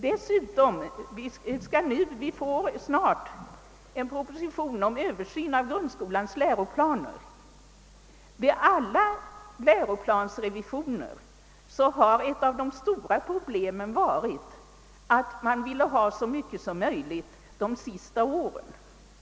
Dessutom får vi snart en proposition om översyn av grundskolans läroplaner och vid alla läroplansrevisioner har ett av de stora problemen varit att man i så stor utsträckning velat utnyttja de sista åren av skolgången.